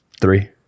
Three